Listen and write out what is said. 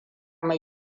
mai